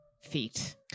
feet